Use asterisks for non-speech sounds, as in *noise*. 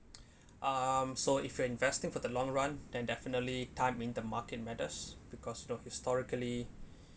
*noise* um so if you're investing for the long run then definitely time in the market matters because you know historically